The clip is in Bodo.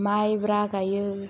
माइब्रा गायो